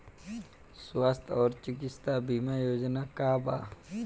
स्वस्थ और चिकित्सा बीमा योजना का बा?